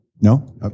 No